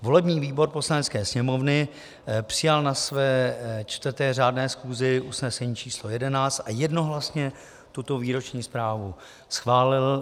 Volební výbor Poslanecké sněmovny přijal na své 4. řádné schůzi usnesení č. 11 a jednohlasně tuto výroční zprávu schválil.